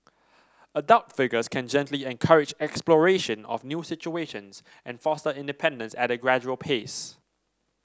adult figures can gently encourage exploration of new situations and foster independence at a gradual pace